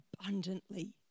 abundantly